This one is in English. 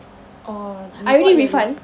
oh you got your ref~